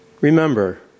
Remember